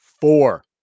four